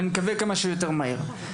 ואני מקווה כמה שיותר מהר.